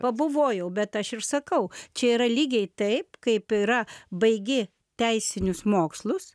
pabuvojau bet aš ir sakau čia yra lygiai taip kaip yra baigi teisinius mokslus